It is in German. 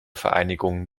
vereinigungen